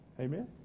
Amen